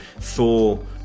Thor